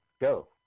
go